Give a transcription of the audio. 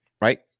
right